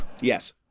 Yes